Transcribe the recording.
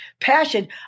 passion